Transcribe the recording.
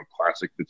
classic